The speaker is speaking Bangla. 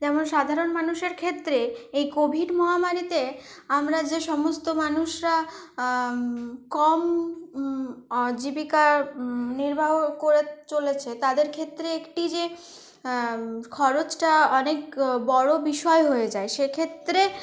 যেমন সাধারণ মানুষের ক্ষেত্রে এই কোভিড মহামারীতে আমরা যে সমস্ত মানুষরা কম জীবিকা নির্বাহ করে চলেছে তাদের ক্ষেত্রে একটি যে খরচটা অনেক বড় বিষয় হয়ে যায় সেক্ষেত্রে